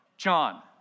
John